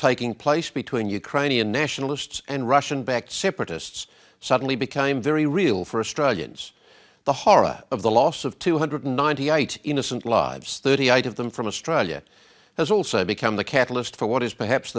taking place between ukrainian nationalists and russian backed separatists suddenly became very real for a strike against the horror of the loss of two hundred ninety eight innocent lives thirty eid of them from australia has also become the catalyst for what is perhaps